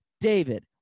David